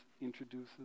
introduces